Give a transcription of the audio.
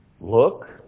look